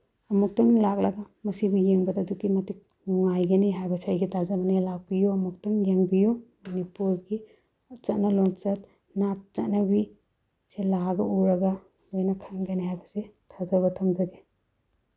ꯑꯃꯨꯛꯇꯪ ꯂꯥꯛꯂꯒ ꯃꯁꯤꯕꯨ ꯌꯦꯡꯕꯗ ꯑꯗꯨꯛꯀꯤ ꯃꯇꯤꯛ ꯅꯨꯡꯉꯥꯏꯒꯅꯤ ꯍꯥꯏꯕꯁꯦ ꯑꯩꯒꯤ ꯊꯥꯖꯕꯅꯤ ꯂꯥꯛꯄꯤꯌꯨ ꯑꯃꯨꯛꯇꯪ ꯌꯦꯡꯕꯤꯌꯨ ꯃꯅꯤꯄꯨꯔꯒꯤ ꯆꯠꯅ ꯂꯣꯟꯆꯠ ꯅꯥꯠ ꯆꯠꯅꯕꯤ ꯁꯦ ꯂꯥꯛꯑꯒ ꯎꯔꯒ ꯂꯣꯏꯅ ꯈꯪꯒꯅꯤ ꯍꯥꯏꯕꯁꯦ ꯊꯥꯖꯕ ꯊꯝꯖꯒꯦ